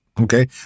okay